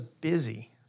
busy